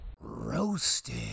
Roasted